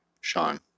Sean